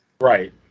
right